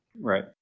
Right